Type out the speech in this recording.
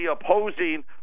opposing